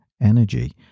energy